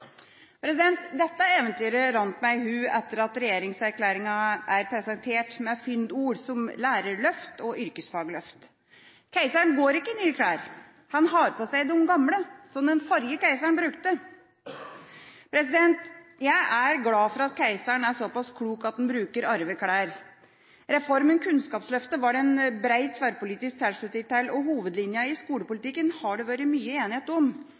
Dette eventyret rant meg i hu etter at regjeringserklæringen ble presentert med fyndord som «lærerløft» og «yrkesfagløft». Keiseren går ikke i nye klær, han har på seg de gamle som den forrige keiseren brukte. Jeg er glad for at keiseren er såpass klok at han bruker arveklær. Reformen Kunnskapsløftet var det bred tverrpolitisk tilslutning til, og hovedlinjene i skolepolitikken har det vært mye enighet om.